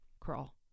Crawl